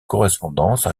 correspondance